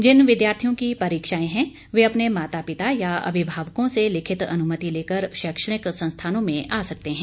जिन विद्यार्थियों की परीक्षाएं हैं वे अपने माता पिता या अभिभावकों से लिखित अनुमति लेकर शैक्षणिक संस्थानों में आ सकते हैं